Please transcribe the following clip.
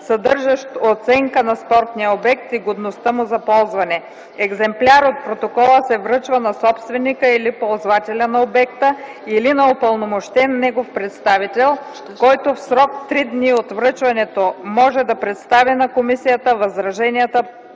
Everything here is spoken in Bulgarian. съдържащ оценка на спортния обект и годността му за ползване. Екземпляр от протокола се връчва на собственика или ползвателя на обекта или на упълномощен негов представител, който в срок три дни от връчването може да представи на комисията възраженията